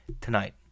tonight